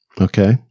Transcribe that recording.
Okay